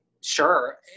sure